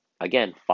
Again